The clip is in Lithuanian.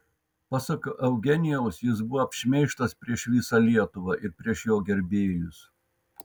pasak eugenijaus jis buvo apšmeižtas prieš visą lietuvą ir prieš jo gerbėjus